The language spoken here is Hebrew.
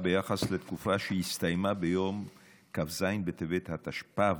ביחס לתקופה שהסתיימה ביום כ"ז בטבת התשפ"ב,